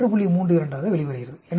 32 ஆக வெளிவருகிறது